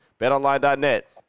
BetOnline.net